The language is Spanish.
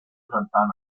santana